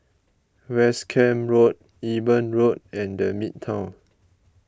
West Camp Road Eben Road and the Midtown